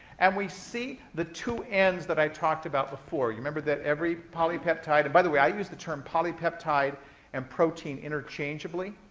and we see the two ends that i talked about before. you remember that every polypeptideo by the way, i use the term polypeptide and protein interchangeably.